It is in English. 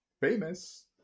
famous